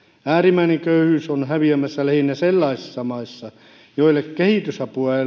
äärimmäinen köyhyys on häviämässä lähinnä sellaisissa maissa joille kehitysapua ei